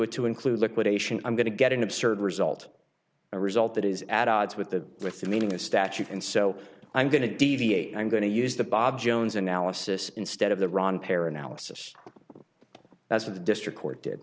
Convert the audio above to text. it to include liquidation i'm going to get an absurd result a result that is at odds with the with the meaning of statute and so i'm going to deviate i'm going to use the bob jones analysis instead of the ron pear and alice as of the district court did